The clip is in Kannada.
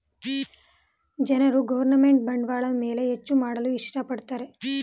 ಜನರು ಗೌರ್ನಮೆಂಟ್ ಬಾಂಡ್ಗಳ ಮೇಲೆ ಹೆಚ್ಚು ಮಾಡಲು ಇಷ್ಟ ಪಡುತ್ತಾರೆ